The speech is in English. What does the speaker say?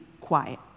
quiet